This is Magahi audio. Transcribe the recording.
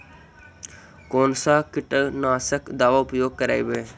कोन सा कीटनाशक दवा उपयोग करबय?